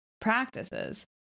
practices